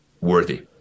worthy